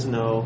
no